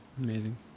Amazing